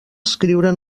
escriure